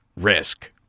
risk